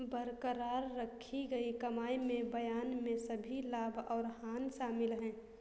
बरकरार रखी गई कमाई में बयान में सभी लाभ और हानि शामिल हैं